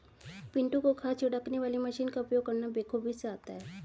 पिंटू को खाद छिड़कने वाली मशीन का उपयोग करना बेखूबी से आता है